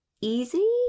easy